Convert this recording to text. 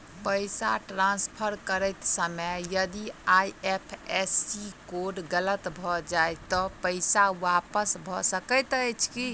पैसा ट्रान्सफर करैत समय यदि आई.एफ.एस.सी कोड गलत भऽ जाय तऽ पैसा वापस भऽ सकैत अछि की?